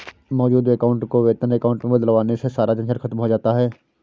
मौजूद अकाउंट को वेतन अकाउंट में बदलवाने से सारा झंझट खत्म हो जाता है